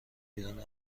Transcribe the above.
بیرون